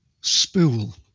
spool